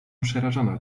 przerażona